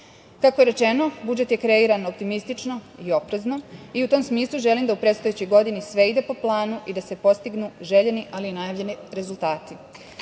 je rečeno, budžet je kreiran optimistično i oprezno i u tom smislu želim da u predstojećoj godini sve ide po planu i da se postignu željeni, ali i najavljeni rezultati. Lično